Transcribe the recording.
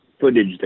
footage